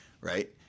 right